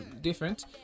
different